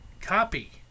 copy